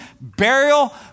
burial